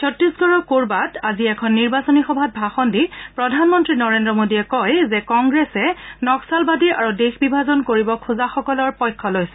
ছত্তিশগড়ৰ কোৰ্বাত আজি এখন নিৰ্বাচনী সভাত ভাষণ দি প্ৰধানমন্ত্ৰী নৰেন্দ্ৰ মোদীয়ে কয় যে কংগ্ৰেছে নক্সালবাদী আৰু দেশ বিভাজন কৰিব খোজাসকলৰ পক্ষ লৈছে